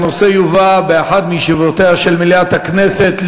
הנושא יובא לדיון באחת מישיבותיה של מליאת הכנסת.